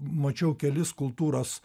mačiau kelis kultūros